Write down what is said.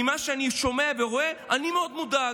ממה שאני שומע ורואה אני מאוד מודאג.